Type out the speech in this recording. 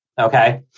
Okay